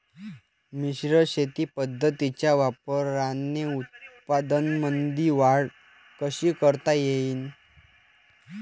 मिश्र शेती पद्धतीच्या वापराने उत्पन्नामंदी वाढ कशी करता येईन?